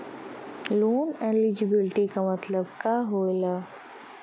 Loan eligibility का मतलब का होला?